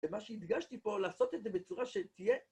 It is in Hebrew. ומה שהדגשתי פה, לעשות את זה בצורה שתהיה...